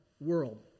world